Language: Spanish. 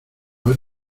ver